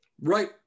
Right